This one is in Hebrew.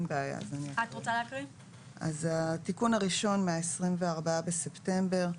התיקון הראשון מ-24 בספטמבר.